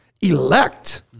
elect